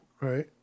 Right